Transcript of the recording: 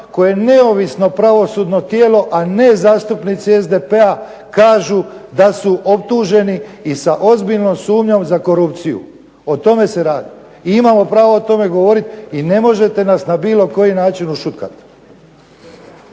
koje neovisno pravosudno tijelo, a ne zastupnici SDP-a kažu da su optuženi i sa ozbiljnom sumnjom za korupciju. O tome se radi. I imamo pravo o tome govoriti i ne možete nas na bilo koji način ušutkat.